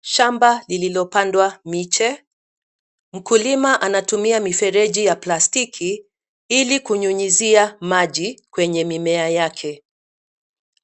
Shamba lililopandwa miche. Mkulima anatumia mifereji ya plastiki, ili kunyunyizia maji kwenye mimea yake.